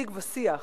שיג ושיח,